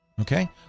okay